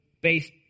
based